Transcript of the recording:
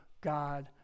God